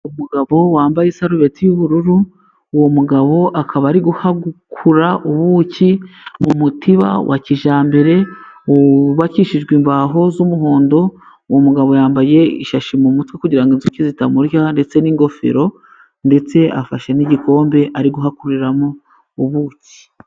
Umugabo wambaye isarubeti y'ubururu. Uwo mugabo akaba ari guhakura ubuki mu mutiba wa kijyambere wubakishijwe imbaho z'umuhondo . Uwo mugabo yambaye ishashi mu mutwe kugira inzuki zitamujykaho ndetse n'ingofero ,ndetse afashe n'igikombe ari guhakuriramo ubuki.